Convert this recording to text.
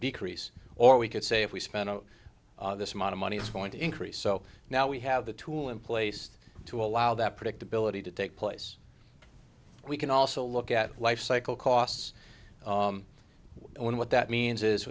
decrease or we could say if we spent on this amount of money it's going to increase so now we have the tool in place to allow that predictability to take place we can also look at lifecycle costs and what that means is